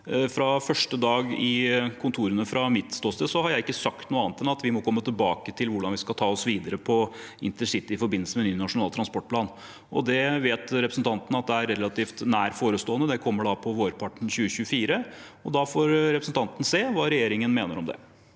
fra første dag i kontorene ikke sagt noe annet enn at vi må komme tilbake til hvordan vi skal ta oss videre med intercity i forbindelse med ny Nasjonal transportplan, og den vet representanten Holm at er relativt nær forestående. Den kommer på vårparten i 2024, og da får representanten se hva regjeringen mener om det.